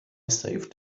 saved